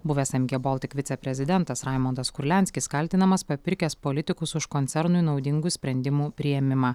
buvęs em gie boltik viceprezidentas raimundas kurlianskis kaltinamas papirkęs politikus už koncernui naudingų sprendimų priėmimą